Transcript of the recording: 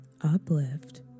uplift